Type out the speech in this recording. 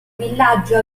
villaggio